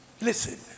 Listen